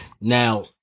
Now